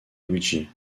luigi